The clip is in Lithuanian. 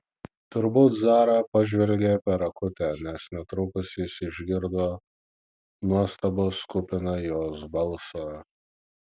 turbūt zara pažvelgė per akutę nes netrukus jis išgirdo nuostabos kupiną jos balsą